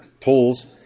pulls